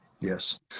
Yes